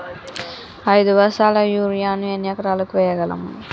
ఐదు బస్తాల యూరియా ను ఎన్ని ఎకరాలకు వేయగలము?